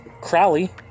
Crowley